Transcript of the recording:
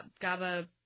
Gaba